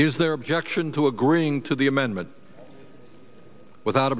is their objection to agreeing to the amendment without